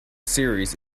series